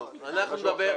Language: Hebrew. לא, זה משהו אחר.